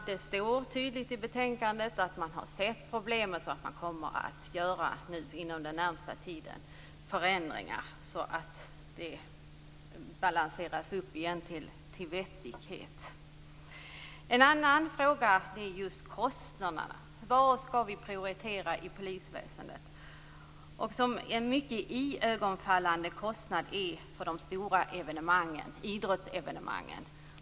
Det står tydligt i betänkandet att man har sett problemet och att man inom den närmaste tiden kommer att göra förändringar så att det blir en vettig balans. En annan fråga gäller kostnaderna. Vad skall vi prioritera i polisväsendet? Det är en mycket iögonfallande kostnad vid stora idrottsevenemang och andra evenemang.